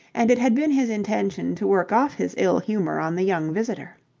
and it had been his intention to work off his ill-humour on the young visitor.